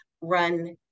run